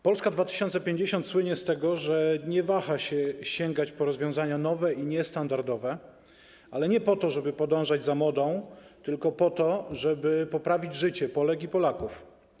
Polska 2050 słynie z tego, że nie waha się sięgać po rozwiązania nowe i niestandardowe - ale nie po to żeby podążać za modą, tylko po to żeby poprawić życie Polek i Polaków.